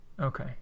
Okay